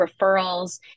referrals